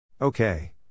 Okay